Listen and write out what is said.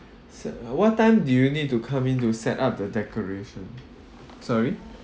se~ what time do you need to come in to set up the declaration sorry